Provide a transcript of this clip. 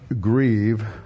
grieve